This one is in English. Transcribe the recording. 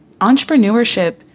entrepreneurship